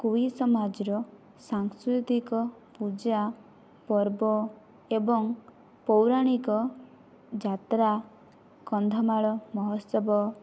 କୁଇ ସମାଜର ସାଂସ୍କୃତିକ ପୂଜା ପର୍ବ ଏବଂ ପୌରାଣିକ ଯାତ୍ରା କନ୍ଧମାଳ ମହୋତ୍ସବ